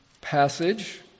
passage